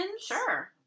Sure